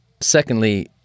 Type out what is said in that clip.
secondly